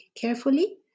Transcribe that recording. carefully